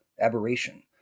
aberration